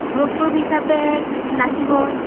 group group হিচাপে নাচিব